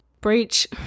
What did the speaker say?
Breach